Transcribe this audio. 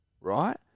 right